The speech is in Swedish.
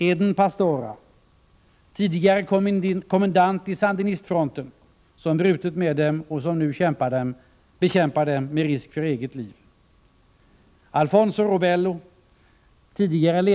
Eden Pastora, tidigare kommendant i sandinistfronten, som brutit med sandinisterna och som nu bekämpar dem med risk för eget liv.